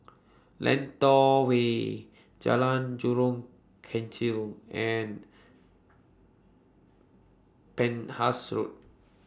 Lentor Way Jalan Jurong Kechil and Penhas Road